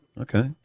okay